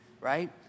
right